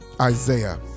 Isaiah